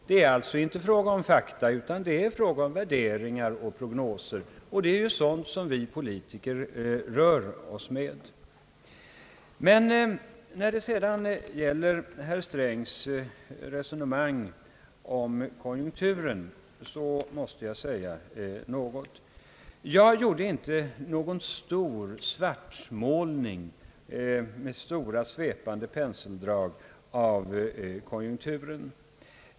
Det är alltså inte fråga om fakta utan det är fråga om värderingar och prognoser, alltså sådant som vi politiker rör oss med. När det sedan gäller herr Strängs resonemang om konjunkturen måste jag säga ett ord. Jag gjorde inte någon stor svartmålning av konjunkturen med stora svepande penseldrag.